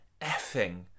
Effing